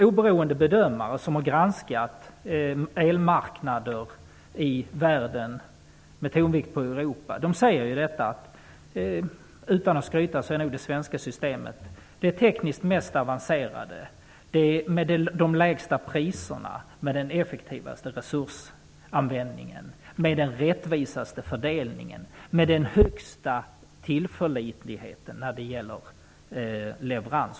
Oberoende bedömare som har granskat elmarknader i världen, med tonvikt på Europa, säger att det svenska systemet är det tekniskt mest avancerade, med de lägsta priserna, med den effektivaste resursanvändningen, med den mest rättvisa fördelningen och med den största tillförlitligheten när det gäller leverans.